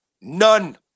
None